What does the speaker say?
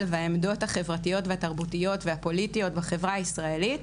והעמדות החברתיות והתרבותיות והפוליטיות בחברה הישראלית,